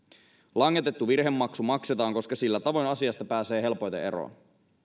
langetettu virhemaksu maksetaan koska sillä tavoin asiasta pääsee helpoiten eroon